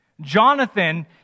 Jonathan